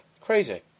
crazy